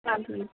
ਹਾਂਜੀ